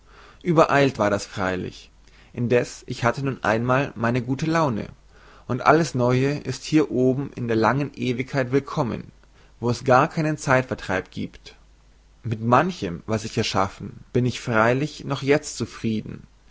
übereilt war das freilich indeß ich hatte nun einmal meine gute laune und alles neue ist hier oben in der langen ewigkeit willkommen wo es gar keinen zeitvertreib giebt mit manchem was ich geschaffen bin ich freilich noch jezt zufrieden